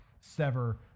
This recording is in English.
sever